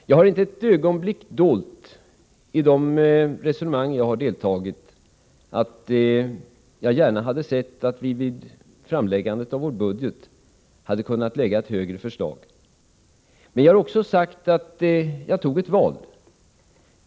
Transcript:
Jag har inte ett ögonblick i de resonemang jag har deltagit i dolt att jag gärna sett att vi vid framläggandet av vår budget hade kunnat föreslå en högre ersättning. Men jag har också sagt att jag gjorde ett val.